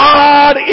God